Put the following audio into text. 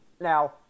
Now